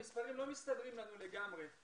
המספרים לא מסתדרים לנו לגמרי.